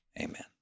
Amen